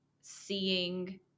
seeing